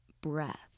breath